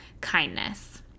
kindness